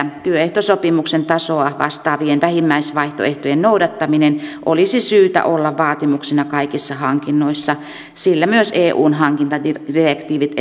että työehtosopimuksen tasoa vastaavien vähimmäisvaihtoehtojen noudattaminen olisi syytä olla vaatimuksena kaikissa hankinnoissa sillä myös eun hankintadirektiivit